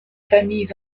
familles